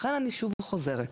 לכן אני שוב חוזרת,